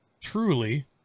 truly